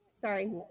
Sorry